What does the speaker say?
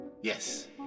yes